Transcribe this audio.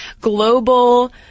global